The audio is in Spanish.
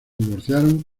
divorciaron